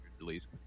release